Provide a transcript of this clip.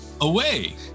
away